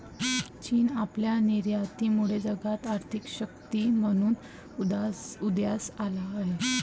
चीन आपल्या निर्यातीमुळे जगात आर्थिक शक्ती म्हणून उदयास आला आहे